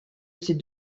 ces